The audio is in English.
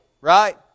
right